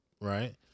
right